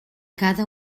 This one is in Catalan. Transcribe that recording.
cada